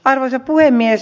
arvoisa puhemies